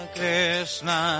Krishna